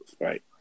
Right